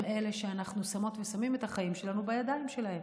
הם אלה שאנחנו שמות ושמים את החיים שלנו בידיים שלהם,